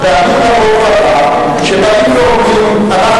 פעמים רבות קרה שבאים ואומרים: אנחנו